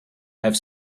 have